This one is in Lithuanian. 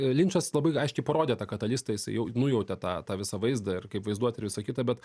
linčas labai aiškiai parodė tą katalistą jisai jau nujautė tą tą visą vaizdą ir kaip vaizduot ir visa kita bet